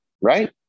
right